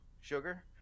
sugar